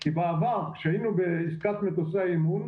כי בעבר כשהיינו בעסקת מטוסי האימון,